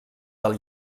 del